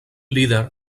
líder